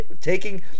taking